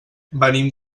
venim